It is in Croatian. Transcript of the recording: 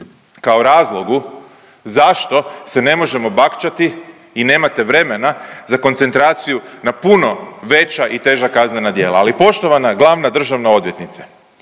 kao razlogu zašto se ne možemo bakćati i nemate vremena za koncentraciju na puno veća i teža kaznena djela, ali poštovana glavna državna odvjetnice,